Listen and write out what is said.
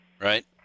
right